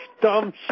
dumb